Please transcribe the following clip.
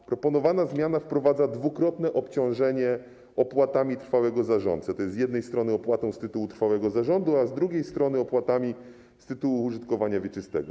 W proponowanej zmianie wprowadza się dwukrotne obciążenie trwałego zarządcy opłatami: z jednej strony - opłatą z tytułu trwałego zarządu, a z drugiej strony - opłatami z tytułu użytkowania wieczystego.